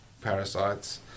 parasites